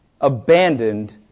abandoned